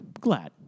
glad